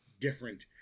different